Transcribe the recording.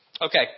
Okay